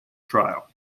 trial